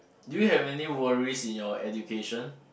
do you have any worries in your education